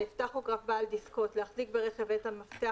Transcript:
טכוגרף בעל דסקות- להחזיק ברכב את המפתח